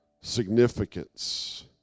Significance